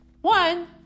one